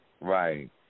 Right